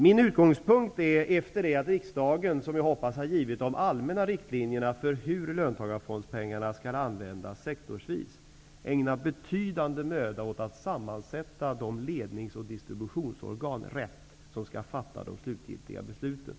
Min utgångspunkt är att, efter det att riksdagen har givit de allmänna riktlinjerna för hur löntagarfondspengarna skall användas sektorsvis, ägna betydande möda åt att rätt sammansätta de lednings och distributionsorgan som skall fatta de slutgiltiga besluten.